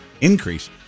increase